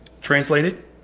Translated